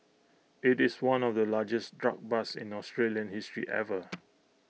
IT is one of the largest drug busts in Australian history ever